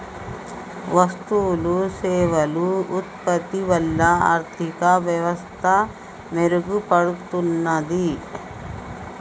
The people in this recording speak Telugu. వస్తువులు సేవలు ఉత్పత్తి వల్ల ఆర్థిక వ్యవస్థ మెరుగుపడుతున్నాది